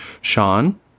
Sean